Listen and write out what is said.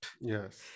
yes